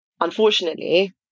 Unfortunately